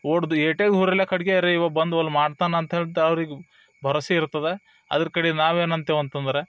ಓಡ್ದು ಏಟೆ ದೂರಿರ್ಲಿ ಕಡ್ಗೆಯಾರು ಇವ ಬಂದ್ವಲ್ಲಿ ಇವ ಮಾಡ್ತಾನೆ ಅಂತ ಹೇಳ್ತಾ ಅವ್ರಿಗೆ ಭರವಸೆ ಇರ್ತದೆ ಅದರ ಕಡಿಂದ ನಾವು ಏನು ಅಂತೇವೆ ಅಂತಂದ್ರೆ